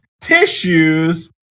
tissues